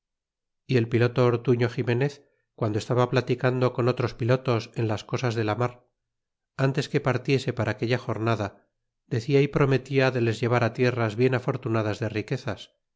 y el piloto ortuño ximenez guando estaba platicando con otros pilotos en las cosas de la mar ntes que partiese ara aquella jornada decía y prometia de les llevar tierras bien afortunadas de riquezas